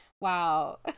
Wow